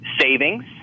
savings